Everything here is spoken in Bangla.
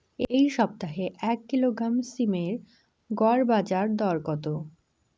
এই সপ্তাহে এক কিলোগ্রাম সীম এর গড় বাজার দর কত?